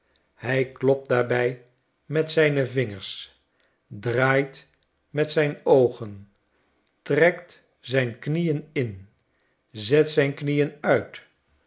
hy klopt daarbij met zijne vingers draait met zijn oogen trekt zijn knieen in zet zijn knieen uit